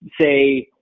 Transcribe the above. say